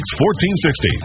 1460